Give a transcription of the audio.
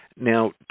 Now